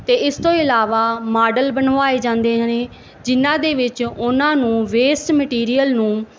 ਅਤੇ ਇਸ ਤੋਂ ਇਲਾਵਾ ਮਾਡਲ ਬਣਵਾਏ ਜਾਂਦੇ ਨੇ ਜਿਹਨਾਂ ਦੇ ਵਿੱਚ ਉਹਨਾਂ ਨੂੰ ਵੇਸਟ ਮਟੀਰੀਅਲ ਨੂੰ